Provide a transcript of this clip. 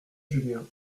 julien